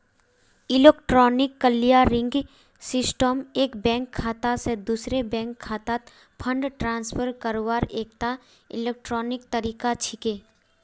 electronic clearing system एक bank खाता स दूसरे बैंक खातात फंड ट्रांसफर करवार एकता इलेक्ट्रॉनिक तरीका छिके